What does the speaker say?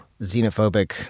xenophobic